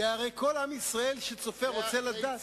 כי הרי כל עם ישראל רוצה לדעת,